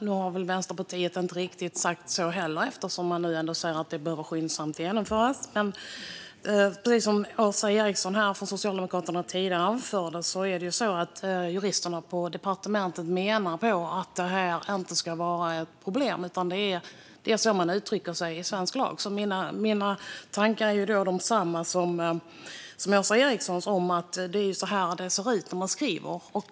Nu har väl Vänsterpartiet inte riktigt sagt så, eftersom man nu ändå säger att det skyndsamt behöver genomföras. Men precis som Åsa Eriksson från Socialdemokraterna tidigare anförde menar juristerna på departementet att det här inte ska vara ett problem, utan att det är så man uttrycker sig i svensk lag. Mina tankar är desamma som Åsa Erikssons: Det är så här det ser ut när man skriver.